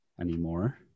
anymore